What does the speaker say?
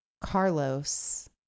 Carlos